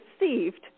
received